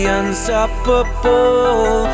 unstoppable